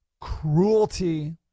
cruelty